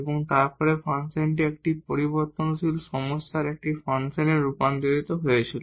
এবং তারপরে ফাংশনটি একটি ভেরিয়েবল সমস্যার একটি ফাংশনে রূপান্তরিত হয়েছিল